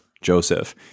Joseph